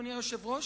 אדוני היושב-ראש?